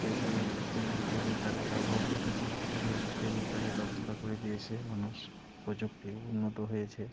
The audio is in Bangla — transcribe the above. কেবল কিল কেবল তারের ব্যবহার হতো না এখন যেহেতু কেবল তারের ব্যবস্থা করে দিয়েছে মানুষ প্রযুক্তি উন্নত হয়েছে